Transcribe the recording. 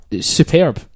Superb